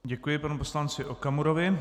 Děkuji panu poslanci Okamurovi.